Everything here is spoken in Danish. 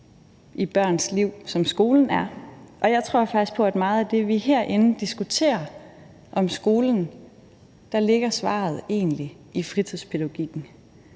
i børns liv, som skolen er, og jeg tror faktisk på, at svaret på meget af det, vi herinde diskuterer om skolen, egentlig ligger i fritidspædagogikken.